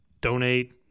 donate